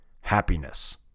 happiness